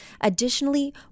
Additionally